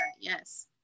yes